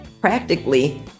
practically